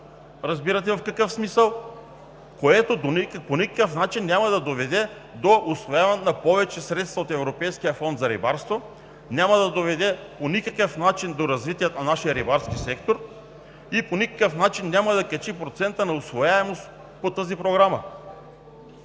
разбирате в какъв смисъл. Това по никакъв начин няма да доведе до усвояване на повече средства от Европейския фонд за рибарство, няма да доведе по никакъв начин за развитието на нашия рибарски сектор, по никакъв начин няма да качи процента на усвояемост по тази програма.